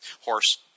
Horse